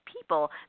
people